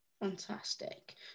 fantastic